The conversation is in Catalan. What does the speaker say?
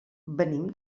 venim